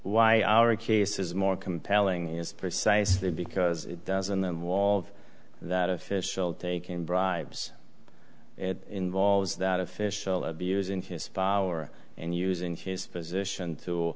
why our case is more compelling is precisely because it doesn't and wall of that official taking bribes it involves that official abusing his power and using his position to